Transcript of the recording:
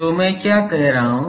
तो मैं क्या कह रहा हूं